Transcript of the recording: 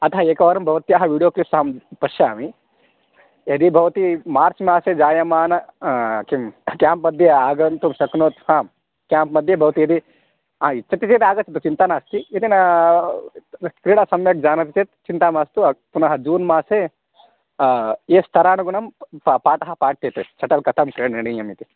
अतः एकवारं भवत्याः विडियो क्लिप् अहं पश्यामि यदि भवति मार्च् मासे जायमान किं क्याम्प् मध्ये आगन्तुं शक्नोति वा क्याम्प् मध्ये भवति यदि आ इच्छति चेत् आगच्छतु चिन्ता नास्ति यदि न क्रिडा सम्यक् जानाति चेत् चिन्ता मास्तु पुनः जून् मासे ये स्तरानुगुणं पा पाठः पाठ्यते शटल् कथं क्रीडनीयंम् इति